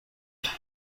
کیک